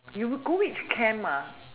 you go which camp ah